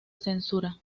censura